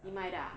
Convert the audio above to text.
你买的 ah